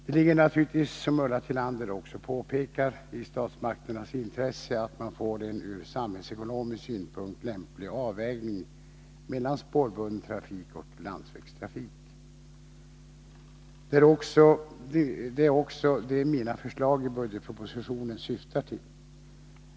Det ligger naturligtvis, som Ulla Tillander också påpekar, i statsmakternas intresse att man får en ur samhällsekonomisk synpunkt lämplig avvägning mellan spårbunden trafik och landsvägstrafik. Det är också det mina förslag i budgetpropositionen syftar till.